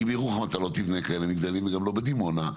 כי בירוחם אתה לא תבנה כאלה מגדלים וגם לא בדימונה,